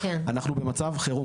אנחנו במצב חירום.